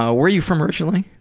ah where are you from originally?